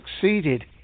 succeeded